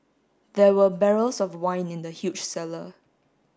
there were barrels of wine in the huge cellar